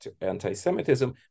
anti-Semitism